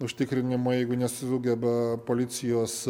užtikrinimui jeigu nesugeba policijos